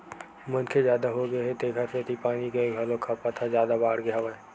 मनखे जादा होगे हे तेखर सेती पानी के घलोक खपत ह जादा बाड़गे गे हवय